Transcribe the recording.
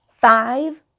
five